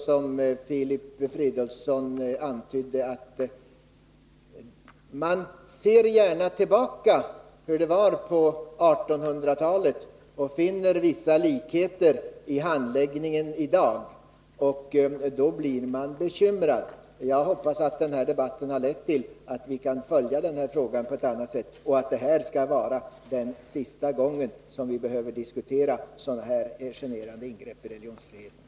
Som Filip Fridolfsson antydde är det nog så att man gärna ser tillbaka och jämför med hur det var på 1800-:alet. Man finner därvid vissa likheter i fråga om handläggningen av sådana här frågor, och då blir man bekymrad. Jag hoppas att den här debatten har lett till att man från samhällets sida följer denna fråga på ett bättre sätt och att detta är sista gången vi behöver diskutera sådana här generande ingrepp i religionsfriheten.